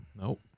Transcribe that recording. Nope